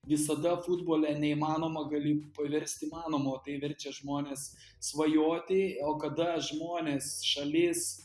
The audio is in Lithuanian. visada futbole neįmanoma gali paversti įmanomu o tai verčia žmones svajoti o kada žmonės šalis